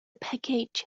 package